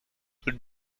would